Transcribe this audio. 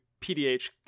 PDH